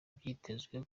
byitezwe